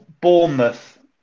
Bournemouth